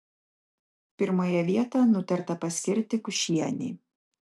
pirmąją vietą nutarta paskirti kiušienei